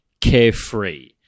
carefree